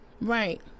Right